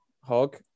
Hog